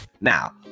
Now